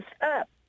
up